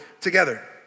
together